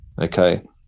okay